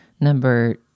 number